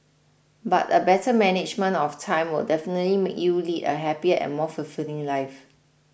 but a better management of time will definitely make you lead a happier and more fulfilling life